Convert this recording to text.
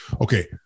Okay